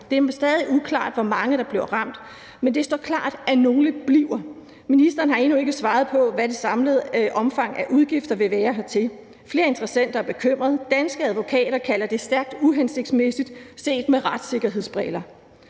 Det er mig stadig uklart, hvor mange der bliver ramt, men det står klart, at nogle bliver ramt. Ministeren har endnu ikke svaret på, hvad det samlede omfang af udgifter vil være hertil. Flere interessenter er bekymrede, og Danske Advokater kalder det stærkt uhensigtsmæssigt set med retssikkerhedsbriller.